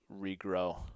regrow